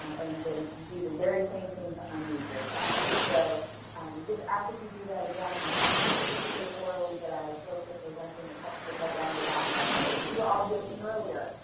um and then you do the very same thing to unmute yourself. so we just ask that you do that again. we want you to participate orally, but as folks are presenting, it helps to cut down the background noise. we were all joking earlier,